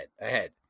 ahead